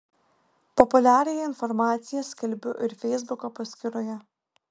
populiariąją informaciją skelbiu ir feisbuko paskyroje